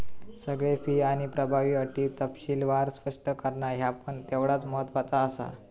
सगळे फी आणि प्रभावी अटी तपशीलवार स्पष्ट करणा ह्या पण तेवढाच महत्त्वाचा आसा